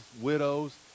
widows